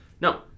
No